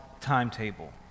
timetable